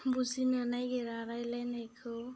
बुजिनो नागिरा रायलायनायखौ